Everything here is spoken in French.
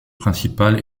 principal